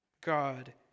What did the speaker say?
God